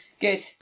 Good